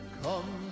come